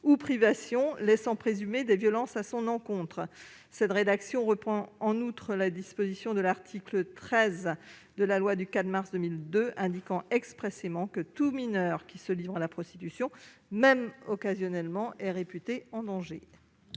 de privations laissant présumer des violences à son encontre. Cette rédaction reprend ainsi les dispositions de l'article 13 de la loi précitée du 4 mars 2002, selon lequel « tout mineur qui se livre à la prostitution, même occasionnellement, est réputé en danger